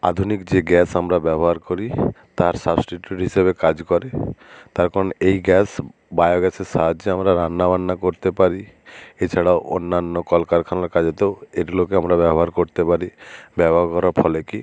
আধুনিক যে গ্যাস আমরা ব্যবহার করি তার সাবস্টিটিউট হিসাবে কাজ করে তার কারণ এই গ্যাস বায়ো গ্যাসের সাহায্যে আমরা রান্না বান্না করতে পারি এছাড়াও অন্যান্য কল কারখানার কাজেতেও এগুলোকে আমরা ব্যবহার করতে পারি ব্যবহারের ফলে কী